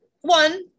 one